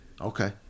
Okay